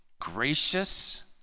gracious